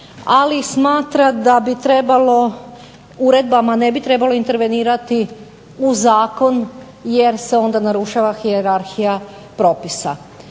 ali smatra da bi trebalo, uredbama ne bi trebalo intervenirati u zakon jer se onda narušava hijerarhija propisa.